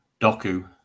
Doku